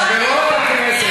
אומרת.